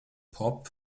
pop